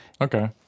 Okay